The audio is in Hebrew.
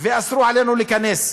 ואסרו עלינו להיכנס.